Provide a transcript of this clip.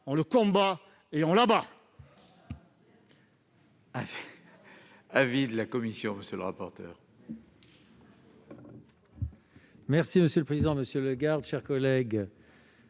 on le combat et on l'abat